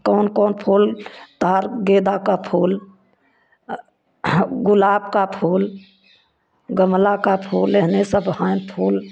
कौन कौन फूल तार गेंदा का फूल गुलाब का फूल गमला का फूल यह सब हैं फूल